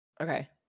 Okay